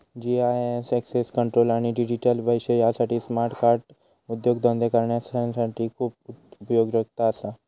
GIS access control आणि digital पैशे यासाठी स्मार्ट कार्ड उद्योगधंदे करणाऱ्यांसाठी खूप उपयोगाचा असा